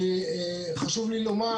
חשוב לי לומר